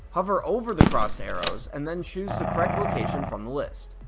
hover over the crossed arrows and then choose the correct location from the list.